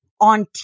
on